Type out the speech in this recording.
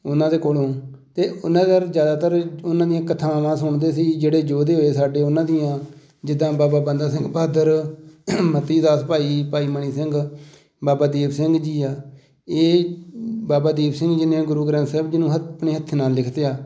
ਉਹਨਾਂ ਦੇ ਕੋਲੋਂ ਅਤੇ ਉਹਨਾਂ ਦਰ ਜ਼ਿਆਦਾਤਰ ਉਹਨਾਂ ਦੀਆਂ ਕਥਾਵਾਂ ਸੁਣਦੇ ਸੀ ਜਿਹੜੇ ਯੋਧੇ ਹੋਏ ਸਾਡੇ ਉਹਨਾਂ ਦੀਆਂ ਜਿੱਦਾਂ ਬਾਬਾ ਬੰਦਾ ਸਿੰਘ ਬਹਾਦਰ ਮਤੀਦਾਸ ਭਾਈ ਭਾਈ ਮਨੀ ਸਿੰਘ ਬਾਬਾ ਦੀਪ ਸਿੰਘ ਜੀ ਆ ਇਹ ਬਾਬਾ ਦੀਪ ਸਿੰਘ ਜੀ ਨੇ ਗੁਰੂ ਗ੍ਰੰਥ ਸਾਹਿਬ ਜੀ ਨੂੰ ਹਥ ਆਪਣੇ ਹੱਥ ਨਾਲ਼ ਲਿਖਿਆ